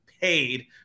paid